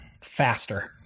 faster